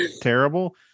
terrible